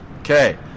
okay